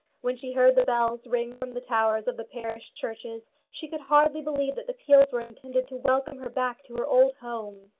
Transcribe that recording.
when she heard the bells ring from the towers of the parish churches, she could hardly believe that the peals were intended to welcome her back to her old home.